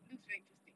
looks very interesting